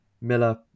Miller